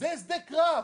זה שדה קרב.